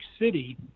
City